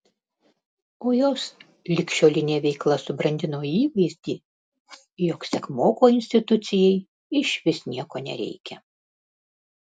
o jos ligšiolinė veikla subrandino įvaizdį jog sekmoko institucijai išvis nieko nereikia